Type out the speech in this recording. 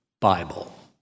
Bible